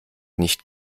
nicht